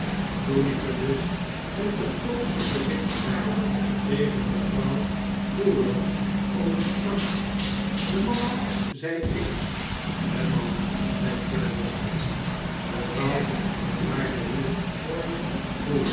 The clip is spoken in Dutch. toen ik er dus met de grootste voorzichtigheid tegen mevrouw crewler over sprak de mama zei ik de mama zei traddles de vrouw van den eerwaarden heer